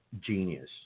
genius